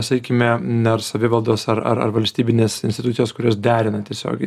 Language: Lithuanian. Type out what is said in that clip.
sakykime ar savivaldos ar ar valstybinės institucijos kurios derina tiesiogiai